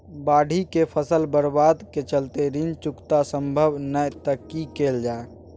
बाढि में फसल बर्बाद के चलते ऋण चुकता सम्भव नय त की कैल जा?